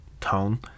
tone